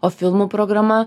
o filmų programa